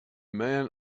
man